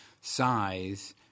size